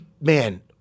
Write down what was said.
Man